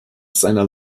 seiner